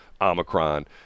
Omicron